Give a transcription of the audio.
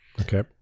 okay